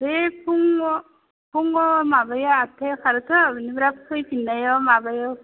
बे फुङाव माबाया आदथायाव खारोथ' बेनिफ्राय फैफिननायाव माबायाव